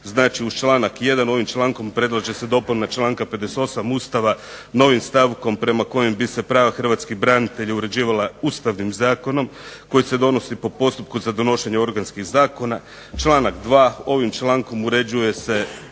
Znači uz članak 1. ovim člankom predlaže se dopuna članka 58. Ustava, novim stavkom prema kojem bi se prava hrvatskih branitelja uređivala ustavnim zakonom, koji se donosi po postupku za donošenje organskih zakona, članak 2. ovim člankom uređuje se